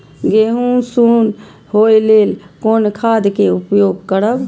गेहूँ सुन होय लेल कोन खाद के उपयोग करब?